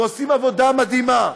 ועושים עבודה מדהימה.